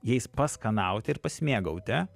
jais paskanauti ir pasimėgauti